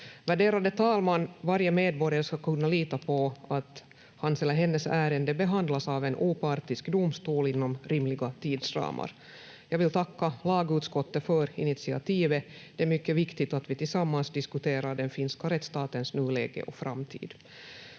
Värderade talman! Varje medborgare ska kunna lita på att hans eller hennes ärende behandlas av en opartisk domstol inom rimliga tidsramar. Jag vill tacka lagutskottet för initiativet. Det är mycket viktigt att vi tillsammans diskuterar den finska rättsstatens nuläge och framtid.